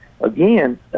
again